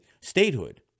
statehood